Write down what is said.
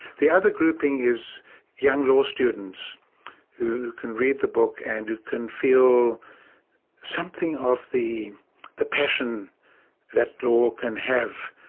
the other grouping is young law students who can read the book and who can feel something of the the passion that law can have.